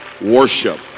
worship